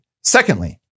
Secondly